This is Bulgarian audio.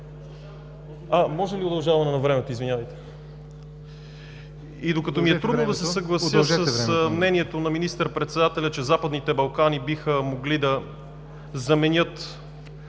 Моля за удължаване на времето. Докато ми е трудно да се съглася с мнението на министър-председателя, че Западните Балкани биха могли да заменят